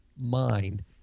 mind